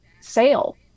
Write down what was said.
sale